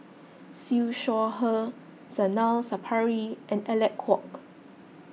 Siew Shaw Her Zainal Sapari and Alec Kuok